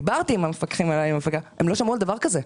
דיברתי עם המפקח הם לא שמעו על דבר כזה.